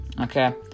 Okay